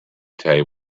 table